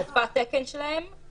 --- בתקן שלהם,